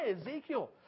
Ezekiel